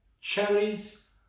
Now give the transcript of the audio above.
cherries